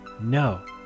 No